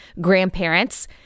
grandparents